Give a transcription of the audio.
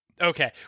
okay